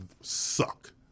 Suck